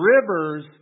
Rivers